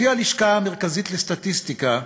לפי הלשכה המרכזית לסטטיסטיקה,